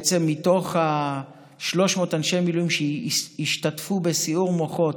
מתוך 300 אנשי מילואים שהשתתפו בסיעור מוחות